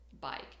bike